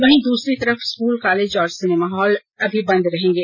वहीं दूसरी तरफ स्कूल कॉलेज और सिनेमा हॉल अभी बन्द ही रहेंगे